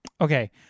Okay